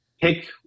pick